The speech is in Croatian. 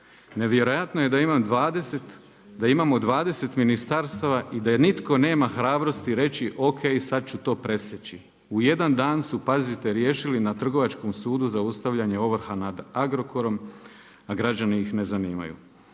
Nevjerojatno je da imamo 20 ministarstava i da nitko nema hrabrosti reći, o.k. sada ću to presjeći. U jedan da su pazite riješili na Trgovačkom sudu zaustavljanje ovrha nad Agrokorom, a građani ih ne zanimaju.